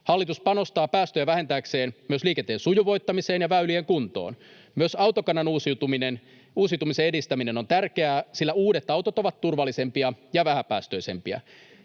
Hallitus panostaa päästöjä vähentääkseen myös liikenteen sujuvoittamiseen ja väylien kuntoon. Myös autokannan uusiutumisen edistäminen on tärkeää, sillä uudet autot ovat turvallisempia ja vähäpäästöisempiä.